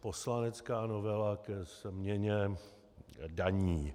poslanecká novela ke změně daní.